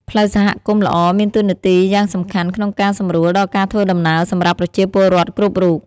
ផ្លូវសហគមន៍ល្អមានតួនាទីយ៉ាងសំខាន់ក្នុងការសម្រួលដល់ការធ្វើដំណើរសម្រាប់ប្រជាពលរដ្ឋគ្រប់រូប។